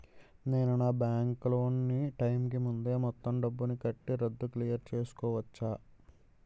నేను నా bank loan నీ టైం కీ ముందే మొత్తం డబ్బుని కట్టి రద్దు క్లియర్ చేసుకోవచ్చా?